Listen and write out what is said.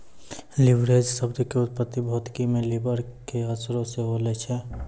leverage शब्द के उत्पत्ति भौतिकी मे लिवर के असरो से होलो छै